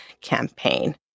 campaign